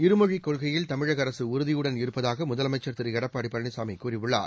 இருமொழிக் கொள்கையில் தமிழகஅரசுஉறுதியுடன் இருப்பதாகமுதலமைச்சர் திருஎடப்பாடிபழனிசாமிகூறியுள்ளார்